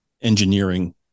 engineering